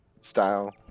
style